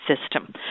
system